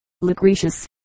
Lucretius